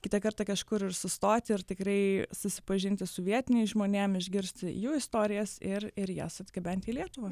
kitą kartą kažkur ir sustoti ir tikrai susipažinti su vietiniais žmonėm išgirsti jų istorijas ir ir jas atgabenti į lietuvą